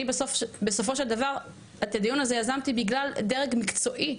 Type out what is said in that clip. אני בסופו של דבר את הדיון הזה יזמתי בגלל דרג מקצועי,